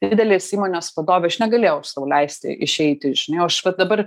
didelės įmonės vadovė aš negalėjau sau leisti išeiti žinai o aš va dabar